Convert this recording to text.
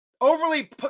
overly